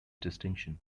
distinction